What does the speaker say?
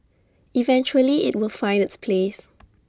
eventually IT will find its place